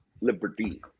liberty